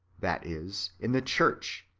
that is, in the church,